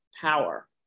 power